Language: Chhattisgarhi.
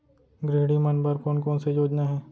गृहिणी मन बर कोन कोन से योजना हे?